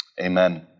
Amen